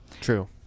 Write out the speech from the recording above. True